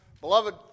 Beloved